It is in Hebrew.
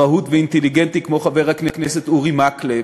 רהוט ואינטליגנטי כמו חבר הכנסת אורי מקלב.